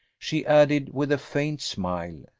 she added, with a faint smile,